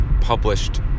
published